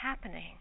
happening